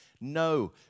No